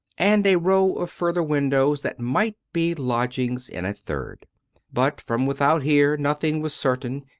and a row of further windows that might be lodgings in a third but from without here nothing was certain,